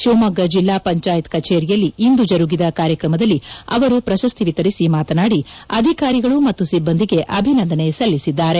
ಶಿವಮೊಗ್ಗ ಜಿಲ್ಲಾ ಪಂಚಾಯತ್ ಕಚೇರಿಯಲ್ಲಿ ಇಂದು ಜರುಗಿದ ಕಾರ್ಯಕ್ರಮದಲ್ಲಿ ಅವರು ಪ್ರಶಸ್ತಿ ವಿತರಿಸಿ ಮಾತನಾಡಿ ಅಧಿಕಾರಿಗಳು ಮತ್ತು ಸಿಬ್ಬಂದಿಗೆ ಅಭಿನಂದನೆ ಸಲ್ಲಿಸಿದ್ದಾರೆ